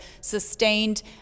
sustained